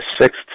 sixth